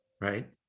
right